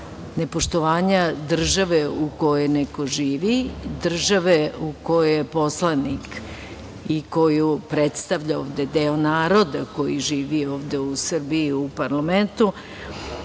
nepoštovanja države u kojoj neko živi, države u kojoj je poslanik i koju predstavlja ovde, tj. predstavlja deo naroda koji živi ovde u Srbiji u parlamentu